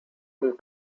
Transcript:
and